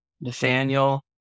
Nathaniel